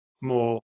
more